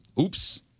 Oops